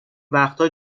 وقتها